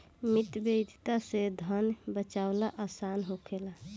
मितव्ययिता से धन बाचावल आसान होखेला